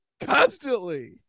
constantly